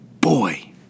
boy